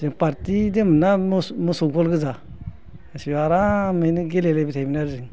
जों पार्टि दंमोन ना मोसौ होग्रा गोजा गासैबो आरामैनो गेलेलायबाय थायोमोन आरो जों